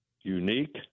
unique